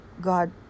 God